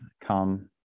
come